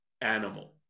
animal